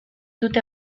dute